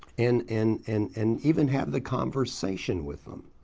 and and and and even have the conversation with them.